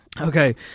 Okay